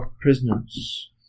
prisoners